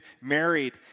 married